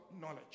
knowledge